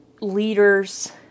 leaders